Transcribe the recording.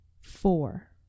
four